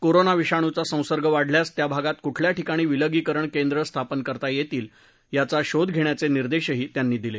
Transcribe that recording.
corona विषाणूचा संसर्ग वाढल्यास त्या भागात कुठल्या ठिकाणी विलगीकरण केंद्रं स्थापन करता येतील याचा शोध घेण्याचे निदेशही त्यांनी दिले